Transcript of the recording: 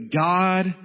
God